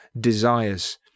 desires